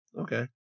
Okay